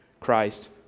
Christ